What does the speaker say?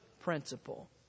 principle